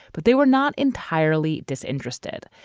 but they were not entirely disinterested.